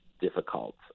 Difficult